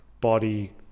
body